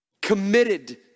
committed